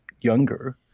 younger